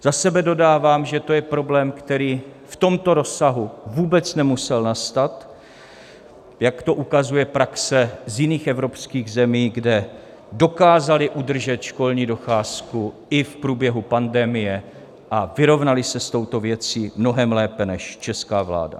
Za sebe dodávám, že to je problém, který v tomto rozsahu vůbec nemusel nastat, jak to ukazuje praxe z jiných evropských zemí, kde dokázali udržet školní docházku i v průběhu pandemie a vyrovnali se s touto věcí mnohem lépe než česká vláda.